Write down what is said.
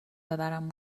ببرم